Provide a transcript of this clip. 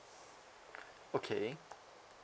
okay